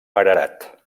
ararat